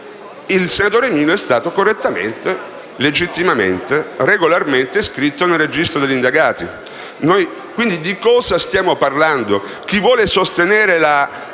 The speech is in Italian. il senatore Milo è stato correttamente, legittimamente, regolarmente iscritto nel registro degli indagati. Mi chiedo quindi di cosa stiamo parlando. Chi vuole sostenere la